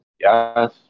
Yes